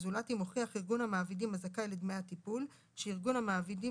זולת אם הוכיח ארגון המעבידים הזכאי לדמי הטיפול שארגון המעבידים